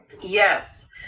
yes